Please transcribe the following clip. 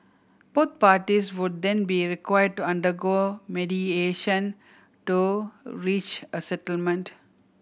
both parties would then be required to undergo mediation to reach a settlement